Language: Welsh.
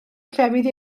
llefydd